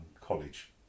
college